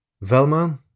Velma